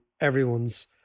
everyone's